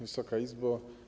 Wysoka Izbo!